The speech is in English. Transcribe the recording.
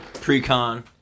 pre-con